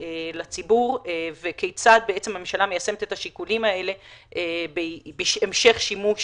לציבור וכיצד בעצם הממשלה מיישמת את השיקולים האלה בהמשך שימוש